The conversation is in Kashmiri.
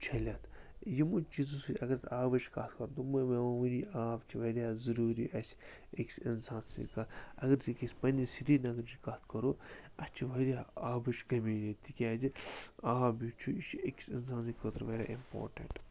چھٔلِتھ یِموٕے چیٖزو سۭتۍ اگر أسۍ آبٕچ کَتھ کَرو آب چھُ واریاہ ضروٗری اسہِ أکِس اِنسان سٕنٛدۍ کَتھ اگر أسۍ اکِس پننہِ سرینَگرٕچ کَتھ کَرو اسہِ چھِ واریاہ آبٕچ کٔمی ییٚتہِ تِکیٛازِ آب یُس چھُ یہِ چھُ أکِس اِنسان سٕنٛدِۍ خٲطرٕ واریاہ اِمپارٹیٚنٛٹ